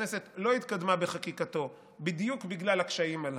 שהכנסת לא התקדמה בחקיקתו בדיוק בגלל הקשיים הללו,